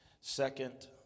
second